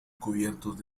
cubiertos